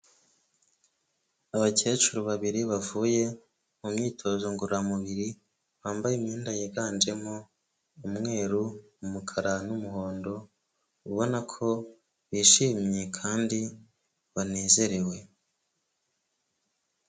Abakecuru babiri bavuye mu myitozo ngororamubiri bambaye imyenda yiganjemo umweru, umukara n'umuhondo ubona ko bishimye kandi banezerewe.